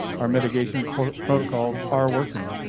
our mitigation protocols are working.